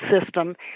system